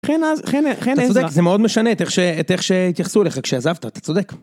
חן אז, חן, חן, אתה צודק, זה מאוד משנה את איך שהתייחסו אליך כשעזבת, אתה צודק.